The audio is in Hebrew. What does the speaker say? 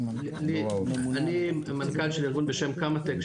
אני מנכ"ל של ארגון בשם Kamatech,